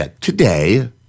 Today